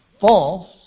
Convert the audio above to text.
false